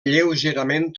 lleugerament